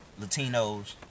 Latinos